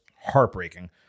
heartbreaking